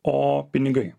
o pinigai